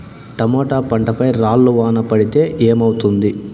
Tomato పంట పై రాళ్లు వాన పడితే ఏమవుతుంది?